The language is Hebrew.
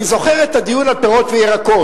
אני זוכר את הדיון על פירות וירקות.